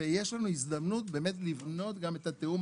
ויש לנו הזדמנות באמת לבנות גם את התיאום